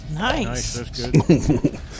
Nice